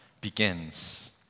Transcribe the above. begins